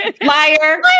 Liar